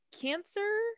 Cancer